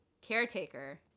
caretaker